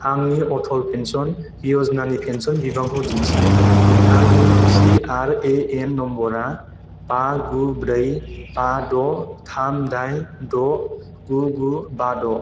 आंनि अटल पेन्सन य'जनानि पेन्सन बिबांखौ दिन्थि आंनि पि आर ए एन नम्बरआ बा गु ब्रै बा द' थाम दाइन द' गु गु बा द'